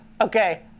Okay